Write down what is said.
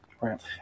right